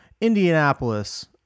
Indianapolis